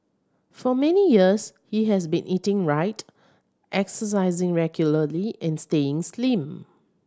for many years he has been eating right exercising regularly and staying slim